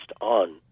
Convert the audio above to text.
on